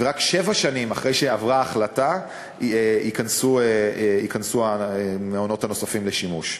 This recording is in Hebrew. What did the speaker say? ורק שבע שנים אחרי שעברה ההחלטה ייכנסו המעונות הנוספים לשימוש.